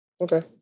Okay